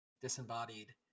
disembodied